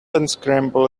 unscramble